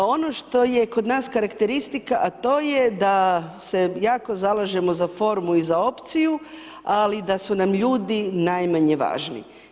Ono što je kod nas karakteristika a to je da se jako zalažemo za formu i za opciju ali i da su nam ljudi najmanje važni.